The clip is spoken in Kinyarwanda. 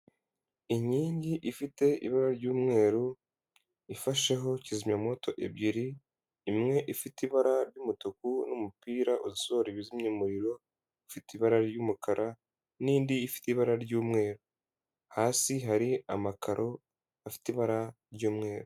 Inkingi ifite ibara ry'umweru ifasheho kizimyamoto ebyiri, imwe ifite ibara ry'umutuku n'umupira usohora ibizimyamuriro ufite ibara ry'umukara n'indi ifite ibara ry'umweru, hasi hari amakaro afite ibara ry'umweru.